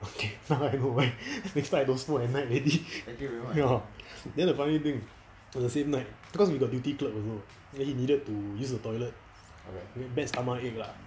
okay now I know why next time I don't smoke at night already ya then the funny thing the same night because we got duty clerk also then he needed to use the toilet bad stomachache ah